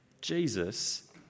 Jesus